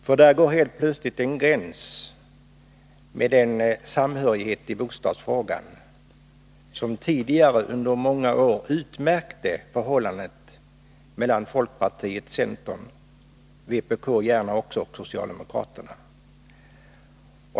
Därmed markeras helt plötsligt en gräns i den samhörighet i bostadsfrågan som tidigare under många år utmärkte förhållandet mellan folkpartiet, centern, gärna också vpk, och socialdemokraterna.